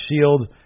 Shield